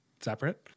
separate